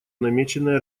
намеченной